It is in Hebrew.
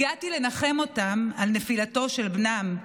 הגעתי לנחם אותם על נפילתו של בנם,